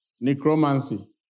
necromancy